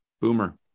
Boomer